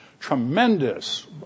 Tremendous